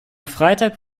freitag